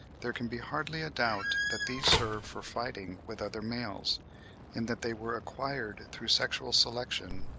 there can be hardly a doubt that these serve for fighting with other males and that they were acquired through sexual selection,